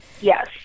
Yes